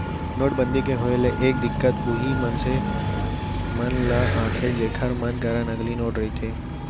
नोटबंदी के होय ले ए दिक्कत उहीं मनसे मन ल आथे जेखर मन करा नकली नोट रहिथे